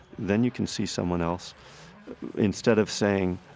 then you can see someone else instead of saying,